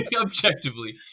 objectively